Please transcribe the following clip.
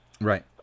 Right